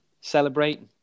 celebrating